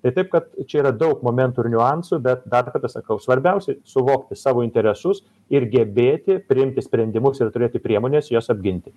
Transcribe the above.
tai taip kad čia yra daug momentų ir niuansų bet dar kartą sakau svarbiausia suvokti savo interesus ir gebėti priimti sprendimus ir turėti priemones juos apginti